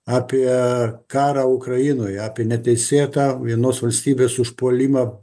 apie karą ukrainoje apie neteisėtą vienos valstybės užpuolimą